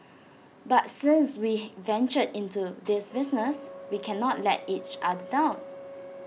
but since we ventured into this business we cannot let each other down